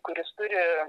kuris turi